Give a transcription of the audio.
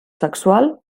sexual